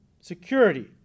Security